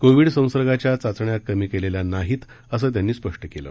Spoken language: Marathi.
कोविड संसर्गाच्या चाचण्या कमी केलेल्या नाहीत सं त्यांनी स्पष्ट केलं